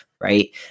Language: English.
right